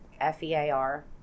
F-E-A-R